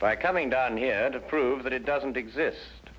by coming down here to prove that it doesn't exist